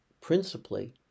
principally